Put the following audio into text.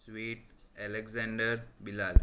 sweet alexander bilal